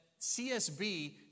CSB